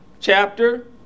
chapter